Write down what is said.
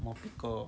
mopiko